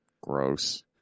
Gross